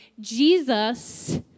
Jesus